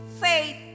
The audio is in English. faith